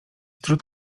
trud